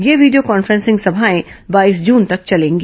ये video conferencing सभाएं बाईस जून तक चलेंगी